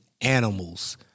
animals